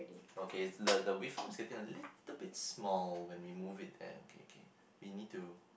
okay the the waveform is getting a little bit small when we move it there okay okay we need to